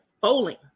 bowling